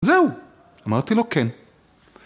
זהו, אמרתי לו כן.